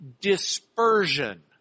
dispersion